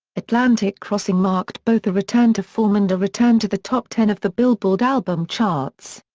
atlantic crossing marked both a return to form and a return to the top ten of the billboard album charts.